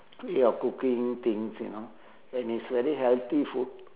way of cooking things you know and it's very healthy food